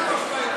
חד-משמעית.